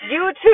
YouTube